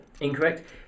Incorrect